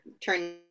turn